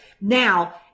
now